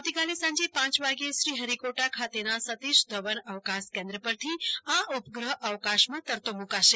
આવતીકાલે સાંજે પાંચ વાગ્યે શ્રીહરી કોટા ખાતેના સતીશ ધવન અવકાશ કેન્દ્ર પરથી આ ઉપગ્રહ અવકાશમાં તરતો મૂકાશે